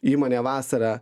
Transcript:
įmonė vasarą